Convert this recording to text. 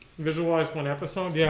visualize one episode. yeah